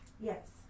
Yes